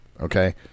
Okay